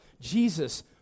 Jesus